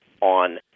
on